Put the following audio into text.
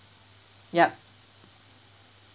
yup